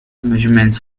measurements